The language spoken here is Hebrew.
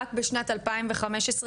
רק בשנת 2015,